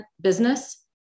business